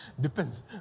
Depends